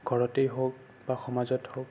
ঘৰতেই হওক বা সমাজত হওক